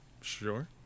Sure